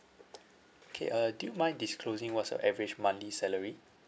okay uh do you mind disclosing what's your average monthly salary